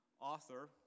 author